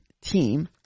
team